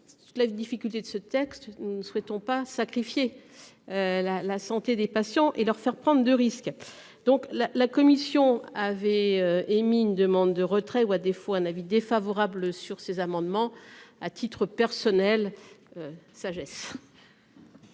Toute la difficulté de ce texte. Nous ne souhaitons pas sacrifier. La la santé des patients et leur faire prendre de risques. Donc la la commission. Avait émis une demande de retrait ou à défaut un avis défavorable sur ces amendements à titre personnel. Sagesse.